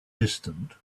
distant